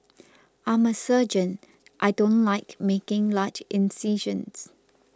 I'm a surgeon I don't like making large incisions